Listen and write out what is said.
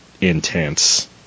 intense